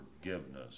forgiveness